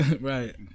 right